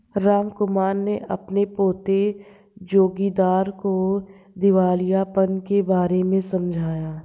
रामकुमार ने अपने पोते जोगिंदर को दिवालियापन के बारे में समझाया